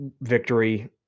victory